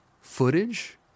footage